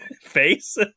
face